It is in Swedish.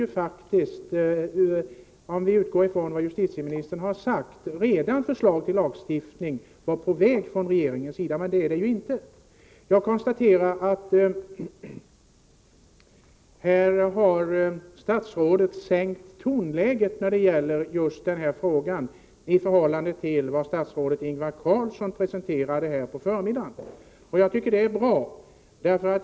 Om man då utgår ifrån vad justitieministern har sagt borde en lagstiftning redan vara på väg från regeringens sida — men så är det inte. Jag konstaterar att statsrådet har sänkt tonläget i just denna fråga, i förhållande till vad statsrådet Ingvar Carlsson presenterade på förmiddagen. Det tycker jag är bra.